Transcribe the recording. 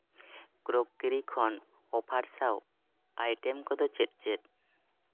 crockery ᱠᱷᱚᱱ offer ᱥᱟᱶ item ᱠᱚᱫᱚ ᱪᱮᱫ ᱪᱮᱫ